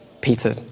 Peter